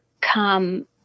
come